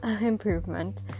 improvement